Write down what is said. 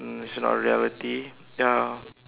um it's not reality ya